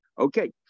Okay